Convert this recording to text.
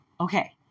Okay